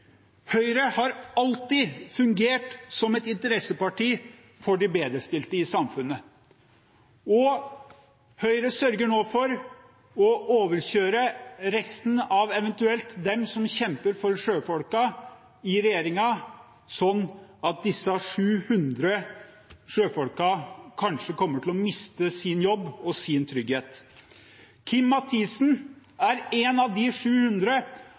har alltid fungert som et interesseparti for de bedrestilte i samfunnet.» Høyre sørger nå for å overkjøre dem i regjeringen som eventuelt kjemper for sjøfolka, slik at disse 700 sjøfolka kanskje kommer til å miste sin jobb og sin trygghet. Kim Mathisen er en av de 700.